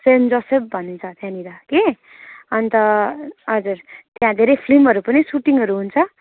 saint Joseph भन्ने छ त्यहाँनिर कि अन्त हजुर त्यहाँ धेरै फिल्महरू पनि सुटिङहरू हुन्छ